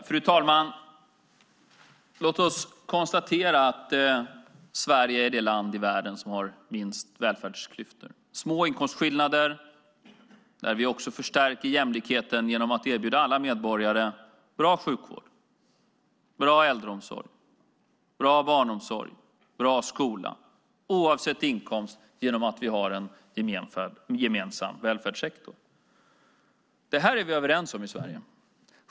Fru talman! Låt oss konstatera att Sverige är det land i världen som har minst välfärdsklyftor. Vi har små inkomstskillnader, och vi förstärker jämlikheten genom att erbjuda alla medborgare bra sjukvård, bra äldreomsorg, bra barnomsorg och bra skola oavsett inkomst genom en gemensam välfärdssektor. Detta är vi överens om i Sverige.